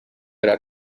era